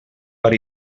per